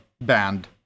band